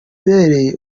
bailey